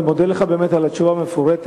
אני מודה לך באמת על התשובה המפורטת,